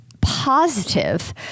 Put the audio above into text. positive